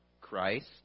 Christ